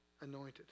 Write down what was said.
anointed